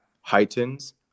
heightens